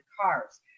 cars